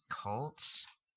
Colts